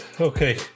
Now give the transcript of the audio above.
okay